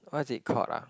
what is it called ah